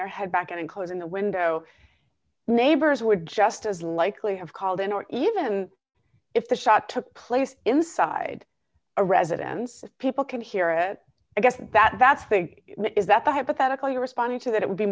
your head back and closing the window neighbors would just as likely have called in or even if the shot took place inside a residence people can hear at i guess that that's think it is that the hypothetically responding to that it would be